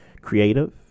creative